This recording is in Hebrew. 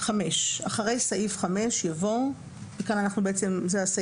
החינוך)"; (5)אחרי סעיף 5 יבוא: זה הסעיף